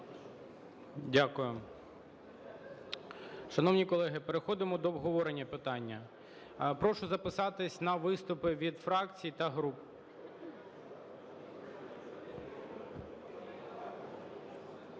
Дякую. Шановні колеги, переходимо до обговорення питання. Прошу записатись на виступи від фракцій та груп.